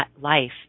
life